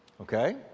Okay